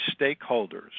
stakeholders